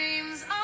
dreams